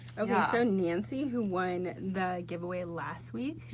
ok, so nancy who won the giveaway last week, she